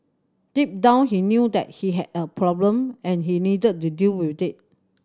deep down he knew that he had a problem and he needed to deal with it